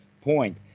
point